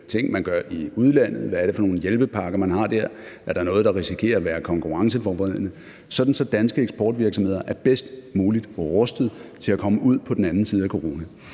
nogle ting, man gør i udlandet, og hvad det er for nogle hjælpepakker, man har der – er der noget, der risikerer at være konkurrenceforvridende – sådan at danske eksportvirksomheder er bedst muligt rustet til at komme ud på den anden side af corona.